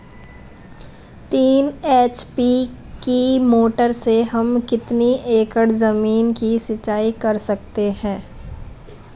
तीन एच.पी की मोटर से हम कितनी एकड़ ज़मीन की सिंचाई कर सकते हैं?